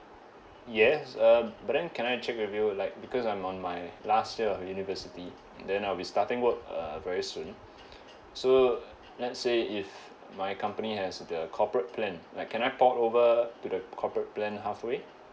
yes um but then can I check with you like because I'm on my last year of university then I'll be starting work uh very soon so let's say if my company has the corporate plan like can I port over to the corporate plan halfway